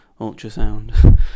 ultrasound